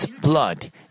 blood